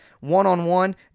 one-on-one